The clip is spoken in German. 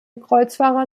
kreuzfahrer